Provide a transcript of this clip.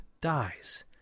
dies